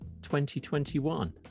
2021